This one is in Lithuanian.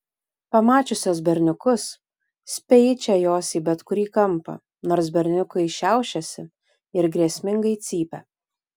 pamačiusios berniukus speičia jos į bet kurį kampą nors berniukai šiaušiasi ir grėsmingai cypia